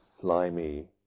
slimy